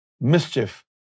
mischief